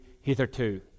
hitherto